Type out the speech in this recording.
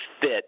fit